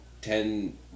ten